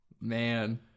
Man